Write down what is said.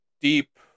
deep